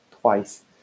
twice